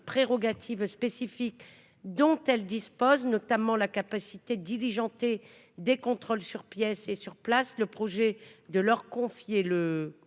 prérogatives spécifiques dont elles disposent, notamment leur capacité de diligenter des contrôles sur pièces et sur place, le projet de leur confier le